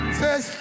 says